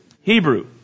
Hebrew